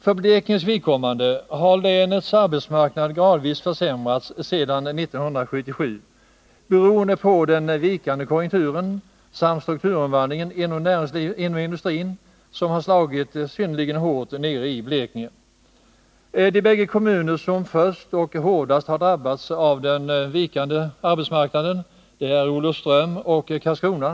För Blekinges vidkommande är situationen den att länets arbetsmarknad gradvis har försämrats sedan 1977 beroende på den vikande konjunkturen samt på strukturomvandlingen inom industrin, som har slagit synnerligen hårt i Blekinge. De båda kommuner som först och hårdast har drabbats av den vikande arbetsmarknaden är Olofström och Karlskrona.